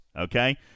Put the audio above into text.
Okay